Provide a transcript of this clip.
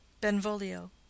benvolio